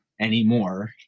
anymore